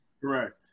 Correct